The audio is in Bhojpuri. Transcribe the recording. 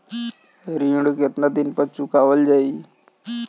ऋण केतना दिन पर चुकवाल जाइ?